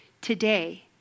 today